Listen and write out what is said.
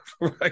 right